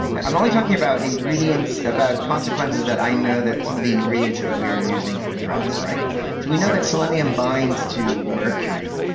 i'm only talking about ingredients, about consequences that i know that some of the ingredients that we are using ah address so we know that selenium binds to mercury,